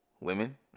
Women